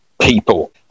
people